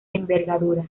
envergadura